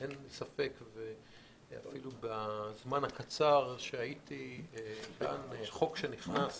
אין לי ספק שבזמן הקצר שהייתי כאן חוק שנכנס